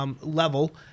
level